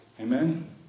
Amen